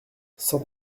cent